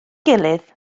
gilydd